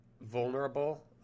vulnerable